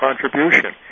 contribution